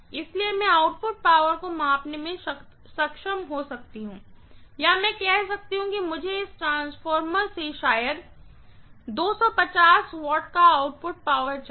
इसलिए मैं output power को मापने में सक्षम हो सकता हूं या मैं कह सकती हूँ कि मुझे इस ट्रांसफार्मर से शायद 250 Wका आउटपुट पावर चाहिए